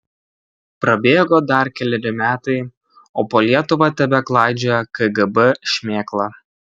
prabėgo dar keleri metai o po lietuvą tebeklaidžioja kgb šmėkla